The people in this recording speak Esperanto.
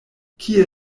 kie